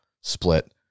split